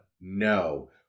no